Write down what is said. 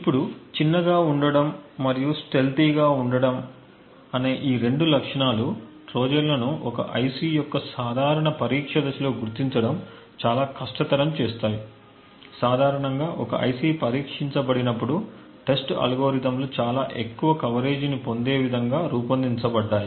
ఇప్పుడు చిన్నగా ఉండడం మరియు స్టెల్తీగా ఉండడం అనే ఈ రెండు లక్షణాలు ట్రోజన్లను ఒక ఐసి యొక్క సాధారణ పరీక్ష దశలో గుర్తించడం చాలా కష్టతరం చేస్తాయి సాధారణంగా ఒక ఐసి పరీక్షించబడినప్పుడు టెస్ట్ అల్గోరిథంలు చాలా ఎక్కువ కవరేజీని పొందే విధంగా రూపొందించబడ్డాయి